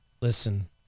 Listen